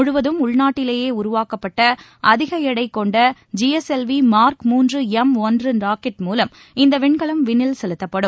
முழுவதும் உள்நாட்டிலேயே உருவாக்கப்பட்ட அதிக எடை கொண்ட ஜிஎஸ்எல்வி மார்க் மூன்று எம் ஒன்று ராக்கெட் மூலம் இந்த விண்கலம் விண்ணில் செலுத்தப்படும்